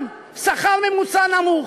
גם שכר ממוצע נמוך,